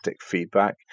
feedback